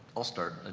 i'll start. ah